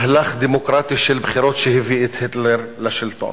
מהלך דמוקרטי של בחירות, שהביא את היטלר לשלטון.